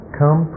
come